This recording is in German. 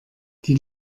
die